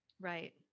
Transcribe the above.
Right